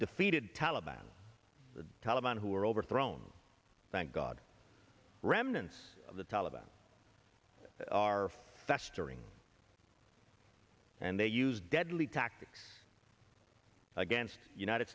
defeated taliban the taliban who are overthrown thank god remnants of the taliban are festering and they use deadly tactics against united